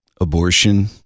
abortion